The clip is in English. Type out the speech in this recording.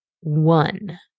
one